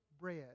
bread